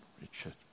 Richard